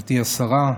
גברתי השרה,